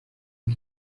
ngo